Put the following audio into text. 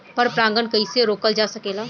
पर परागन कइसे रोकल जा सकेला?